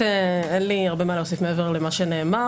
אין לי הרבה מה להוסיף מעבר למה שנאמר.